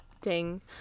ding